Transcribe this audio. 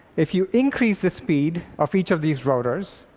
if you increase the speed of each of these rotors,